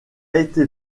été